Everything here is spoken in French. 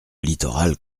littoral